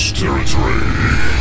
territory